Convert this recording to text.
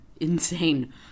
insane